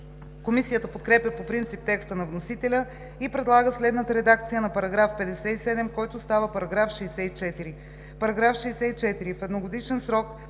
Комисията подкрепя по принцип текста на вносителя и предлага следната редакция на § 57, който става § 64: „§ 64.